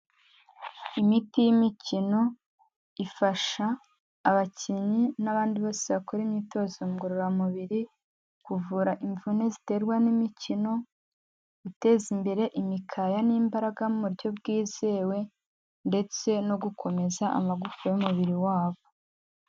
Imiti y'imikino ifasha abakinnyi n'abandi bose bakora imyitozo ngororamubiri, kuvura imvune ziterwa n'imikino, guteza imbere imikaya n'imbaraga mu buryo bwizewe ndetse no gukomeza amagufa y'umubiri wabo.